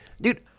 Dude